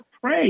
pray